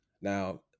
Now